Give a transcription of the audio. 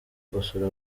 gusura